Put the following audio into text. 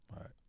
right